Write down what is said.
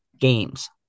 games